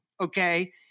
okay